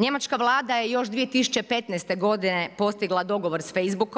Njemačka vlada je još 2015. g. postigla dogovor sa Facebook,